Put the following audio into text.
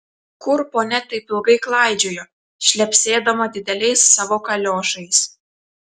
kur ponia taip ilgai klaidžiojo šlepsėdama dideliais savo kaliošais